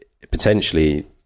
potentially